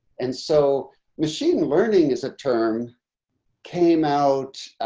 and so machine learning is a term came out.